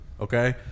okay